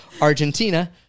Argentina